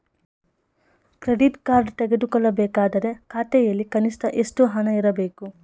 Credit card ತೆಗೆದುಕೊಳ್ಳಬೇಕಾದರೆ ಖಾತೆಯಲ್ಲಿ ಕನಿಷ್ಠ ಎಷ್ಟು ಹಣ ಇರಬೇಕು?